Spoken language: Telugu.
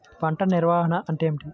పంట నిర్వాహణ అంటే ఏమిటి?